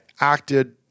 acted